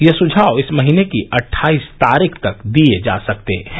यह सुझाव इस महीने की अट्ठाईस तारीख तक दिये जा सकते हैं